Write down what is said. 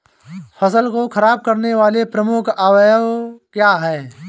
फसल को खराब करने वाले प्रमुख अवयव क्या है?